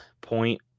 point